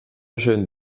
jeune